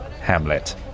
Hamlet